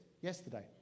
Yesterday